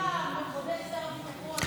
5 נתקבלו.